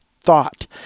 thought